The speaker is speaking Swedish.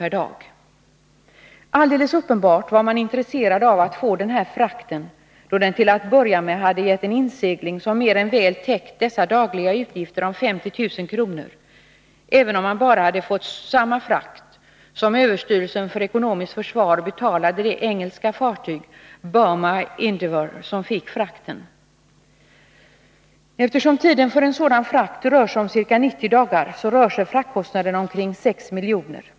per dag. Alldeles uppenbart var man intresserad av att få den här frakten, då den till att börja med hade gett en insegling som mer än väl täcktes av dagliga utgifter om 50 000 kr., även om man bara hade fått samma frakt som överstyrelsen för ekonomiskt försvar betalade det engelska fartyg, Burmah Endeavour, som fick frakten. Eftersom tiden för en sådan frakt rör sig om ca 90 dagar, blir fraktkostnaden omkring ca 5 milj.kr.